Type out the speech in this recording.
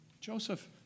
Joseph